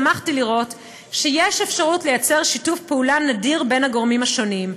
שמחתי לראות שיש אפשרות לייצר שיתוף פעולה נדיר בין הגורמים השונים,